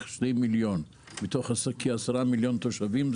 כשני מיליון מתוך כעשרה מיליון תושבים.